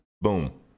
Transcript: Boom